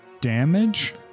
Damage